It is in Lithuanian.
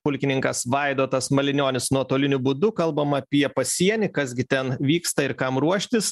pulkininkas vaidotas malinionis nuotoliniu būdu kalbam apie pasienį kas gi ten vyksta ir kam ruoštis